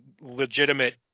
legitimate